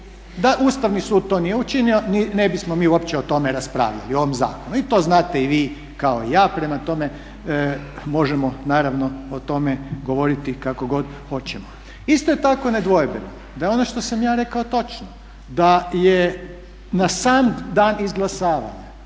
Da Ustavni sud to nije učinio ne bismo mi uopće o tome raspravljali o ovom zakonu i to znate i vi kao i ja, prema tome možemo naravno o tome govoriti kako god hoćemo. Isto je tako nedvojbeno da je ono što sam ja rekao točno, da je na sam dan izglasavanja